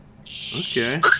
Okay